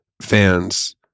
Fans